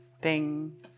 Ding